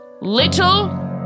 little